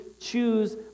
choose